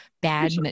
bad